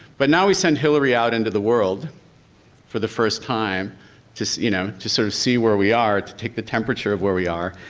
but now we send hillary out into the world for the first time just, just, you know, just sort of see where we are, to take the temperature of where we are.